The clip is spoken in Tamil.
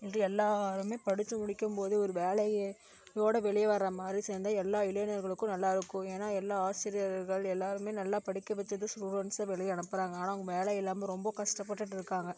இது எல்லோருமே படித்து முடிக்கும் போது ஒரு வேலையே ஓட வெளியே வர மாதிரி சேர்ந்தா எல்லா இளைஞர்களுக்கும் நல்லா இருக்கும் ஏன்னா எல்லா ஆசிரியர்கள் எல்லோருமே நல்லா படிக்க வெச்சது ஸ்டூடெண்ட்ஸை வெளியே அனுப்புகிறாங்க ஆனால் அவங்க வேலையில்லாமல் ரொம்ப கஷ்டப்பட்டுட்டு இருக்காங்க